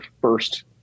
first